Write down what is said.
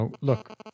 look